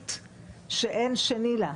לאומית שאין שני לה,